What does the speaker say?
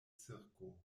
cirko